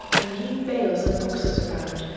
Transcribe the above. and heave bales and boxes about,